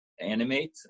animate